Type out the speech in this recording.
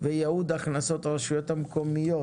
וייעוד הכנסות הרשויות המקומיות.